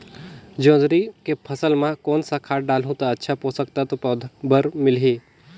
जोंदरी के फसल मां कोन सा खाद डालहु ता अच्छा पोषक तत्व पौध बार मिलही?